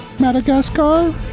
Madagascar